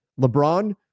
LeBron